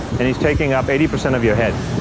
and he's taking up eighty percent of your head.